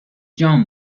جان